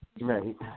Right